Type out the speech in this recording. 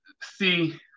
see